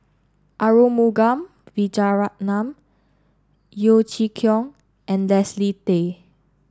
Arumugam Vijiaratnam Yeo Chee Kiong and Leslie Tay